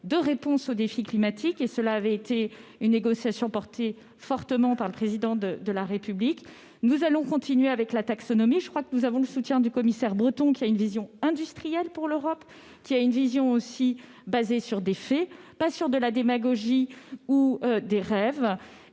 de réponse au défi climatique. Cela avait été une négociation portée fortement par le Président de la République. Nous allons continuer avec la taxonomie. Sur ce sujet, nous avons le soutien du commissaire Breton, qui a une vision industrielle pour l'Europe, fondée sur des faits et non sur de la démagogie ou des rêves.